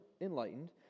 enlightened